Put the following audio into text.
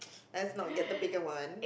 let's not get the bigger one